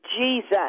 Jesus